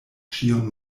ĉiun